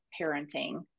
parenting